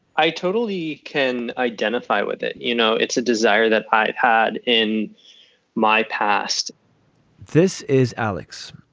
i totally can identify with it. you know, it's a desire that i had in my past this is alex.